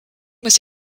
was